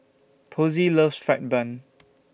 Posey loves Fried Bun